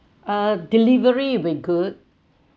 uh delivery were good